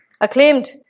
acclaimed